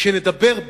שנדבר ביחד,